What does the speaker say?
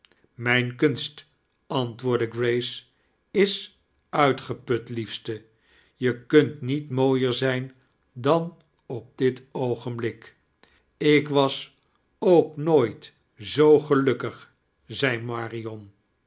mijne kunst antwoordde grace is uitgeput liefste je kunt niet mooier zijn dan op dit oogenblik ik was ook nooit zoo gelukkig zei marion